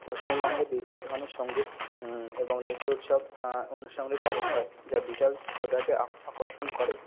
পশ্চিমবঙ্গে বিভিন্ন ধরনের সঙ্গীত এবং নৃত্য উৎসব অনুষ্ঠানগুলি পালিত হয় যা বিশাল শ্রোতাকে আকর্ষণ করে